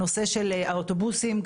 האוטובוסים,